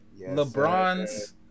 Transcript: LeBrons